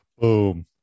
Boom